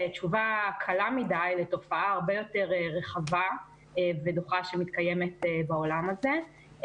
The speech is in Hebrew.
תשובה קלה מדי לתופעה הרבה יותר רחבה ודוחה שמתקיימת בעולם הזה.